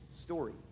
story